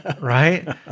right